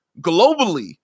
globally